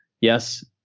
yes